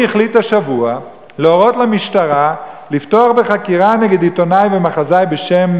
החליט השבוע להורות למשטרה לפתוח בחקירה נגד עיתונאי ומחזאי בשם